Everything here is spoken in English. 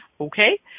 Okay